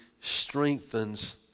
strengthens